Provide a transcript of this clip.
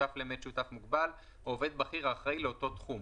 שותף מוגבל או עובד בכיר האחראי לאותו תחום".